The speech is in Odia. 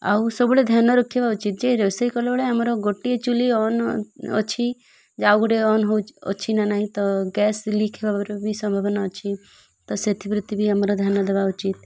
ଆଉ ସବୁବେଳେ ଧ୍ୟାନ ରଖିବା ଉଚିତ୍ ଯେ ରୋଷେଇ କଲାବେେଳେ ଆମର ଗୋଟିଏ ଚୁଲି ଅନ୍ ଅଛି ଆଉ ଗୋଟେ ଅନ୍ ଅଛି ନା ନାହିଁ ତ ଗ୍ୟାସ୍ ଲିକ୍ ହେବାର ବି ସମ୍ଭାବନା ଅଛି ତ ସେଥିପ୍ରତି ବି ଆମର ଧ୍ୟାନ ଦେବା ଉଚିତ୍